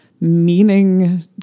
meaning